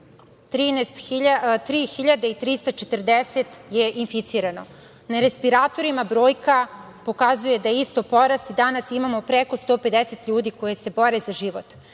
340 je inficirano. Na respiratorima brojka pokazuje da je isto porast, danas imamo preko 150 ljudi koji se bore za život.